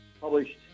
published